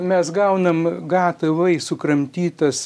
mes gaunam gatavai sukramtytas